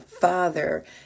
father